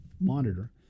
monitor